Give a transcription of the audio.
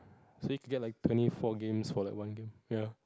so you can get like twenty four games for like one game ya